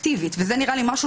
וזה נראה לי משהו